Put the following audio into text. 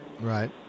Right